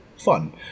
Fun